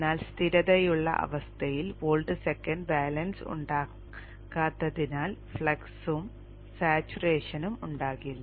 എന്നാൽ സ്ഥിരതയുള്ള അവസ്ഥയിൽ വോൾട്ട് സെക്കന്റ് ബാലൻസ് ഉണ്ടാകാത്തതിനാൽ ഫ്ലക്സും സാച്ചുറേഷനും ഉണ്ടാകില്ല